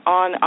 on